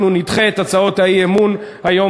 אנחנו נדחה את הצעות האי-אמון היום,